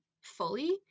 fully